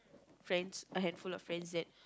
friends a handful of friends that